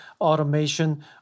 automation